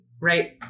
right